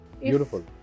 beautiful